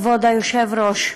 כבוד היושב-ראש,